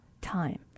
time